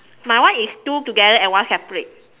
my one is two together and one separate